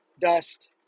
dust